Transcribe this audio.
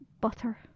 Butter